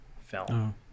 film